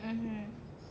(uh huh)